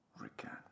recant